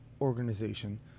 Organization